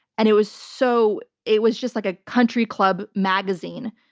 and it was so it was just like a country club magazine.